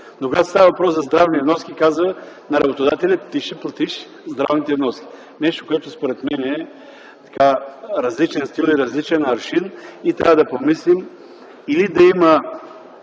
когато става въпрос за здравни вноски казва на работодателя : ти ще си платиш здравните вноски. Според мен, това е различен стил и различен аршин. Трябва да помислим или да има